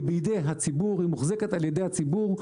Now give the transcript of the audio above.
היא בידי הציבור, היא מוחזקת על ידי הציבור.